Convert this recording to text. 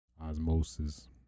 osmosis